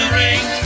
ring